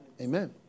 Amen